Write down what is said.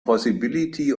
possibility